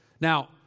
Now